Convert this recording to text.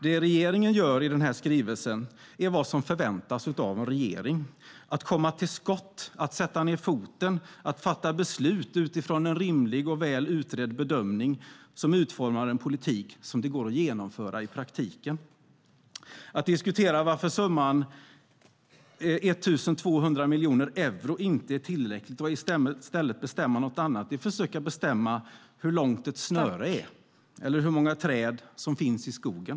Det regeringen gör i skrivelsen är vad som förväntas av en regering: att komma till skott, att sätta ned foten, att fatta beslut utifrån en rimlig och väl utredd bedömning som utformar en politik som det går att genomföra i praktiken. Att diskutera varför summan 1 200 miljoner euro inte är tillräckligt och i stället bestämma något annat är som att försöka bestämma hur långt ett snöre är eller hur många träd som finns i skogen.